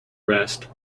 rest